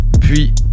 puis